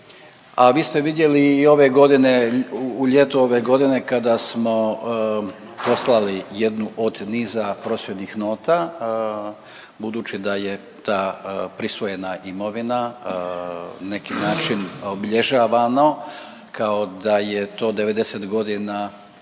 a vi ste vidjeli i ove godine u ljeto ove godine kada smo poslali jednu od niza prosvjednih nota, budući da je ta prisvojena imovina na neki način obilježavano kao da je to 90 godina